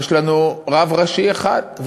יש לנו רב ראשי אחד,